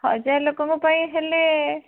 ହଜାର ଲୋକଙ୍କ ପାଇଁ ହେଲେ